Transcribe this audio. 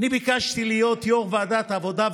אני ביקשתי להיות יושב-ראש ועדת העבודה,